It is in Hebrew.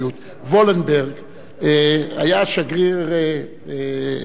ולנברג היה שגריר שבדיה.